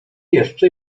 jeszcze